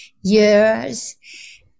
years